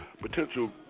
potential